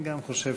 אני גם חושב